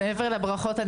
מעבר לברכות,